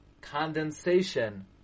condensation